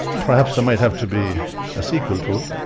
perhaps they might have to be a sequel to it,